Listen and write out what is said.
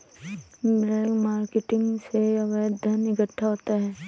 black marketing से अवैध धन इकट्ठा होता है